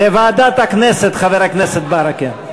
לוועדת הכנסת, חבר הכנסת ברכה.